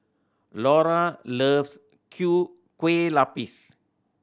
Laura loves kue lupis